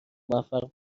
موفق